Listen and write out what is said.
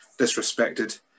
disrespected